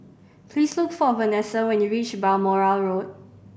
please look for Venessa when you reach Balmoral Road